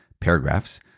paragraphs